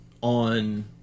on